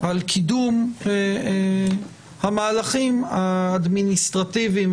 על קידום המהלכים האדמיניסטרטיביים,